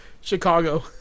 Chicago